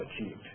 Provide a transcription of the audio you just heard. achieved